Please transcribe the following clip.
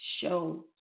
show